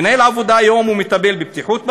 מנהל עבודה כיום מטפל בבטיחות בבניין,